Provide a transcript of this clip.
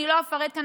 אני לא אפרט כאן,